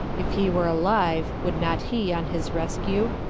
if he were alive would not he, on his rescue,